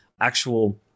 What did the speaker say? actual